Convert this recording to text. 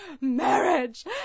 marriage